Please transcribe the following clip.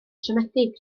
siomedig